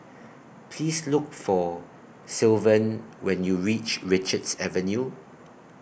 Please Look For Sylvan when YOU REACH Richards Avenue